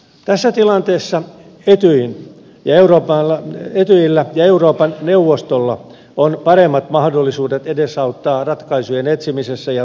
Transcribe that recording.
tässä tilanteessa etyjillä ja euroopan neuvostolla on paremmat mahdollisuudet edesauttaa ratkaisujen etsimisessä ja toteuttamisessa